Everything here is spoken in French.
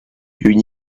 une